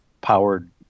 powered